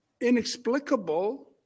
inexplicable